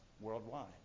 worldwide